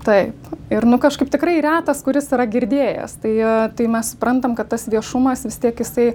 taip ir nu kažkaip tikrai retas kuris yra girdėjęs tai tai mes suprantam kad tas viešumas vis tiek jisai